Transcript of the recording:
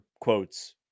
quotes